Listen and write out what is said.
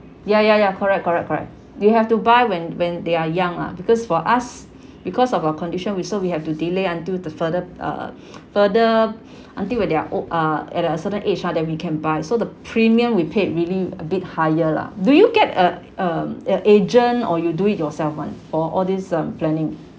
ya ya ya correct correct correct you have to buy when when they are young lah because for us because of our condition we so we have to delay until the further uh further until when they are old uh at a certain age uh then we can buy so the premium we paid really a bit higher lah do you get a um a agent or you do it yourself [one] for all these um planning